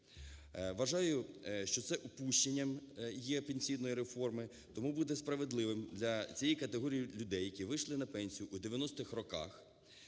Вважаю, що це упущенням є пенсійної реформи, тому буде справедливим для цієї категорії людей, які вийшли на пенсію у 90-х роках